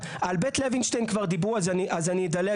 על בית לוינשטיין כבר דיברו אז אני אדלג.